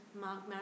Mark